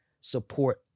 support